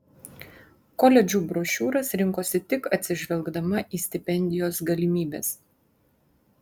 koledžų brošiūras rinkosi tik atsižvelgdama į stipendijos galimybes